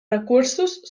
recursos